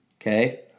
okay